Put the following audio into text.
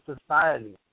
society